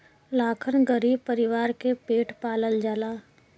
लाखन गरीब परीवार के पेट पालल जाला